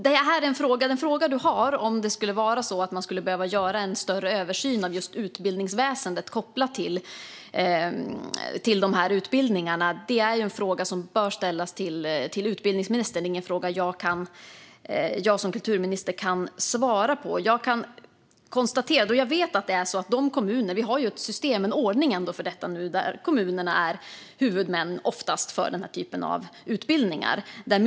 Gudrun Brunegård frågar om man skulle behöva göra en större översyn av utbildningsväsendet kopplat till de här utbildningarna. Det är en fråga som bör ställas till utbildningsministern. Det är inte en fråga som jag som kulturminister kan svara på. Vi har ordningen att kommunerna oftast är huvudmän för den här typen av utbildningar.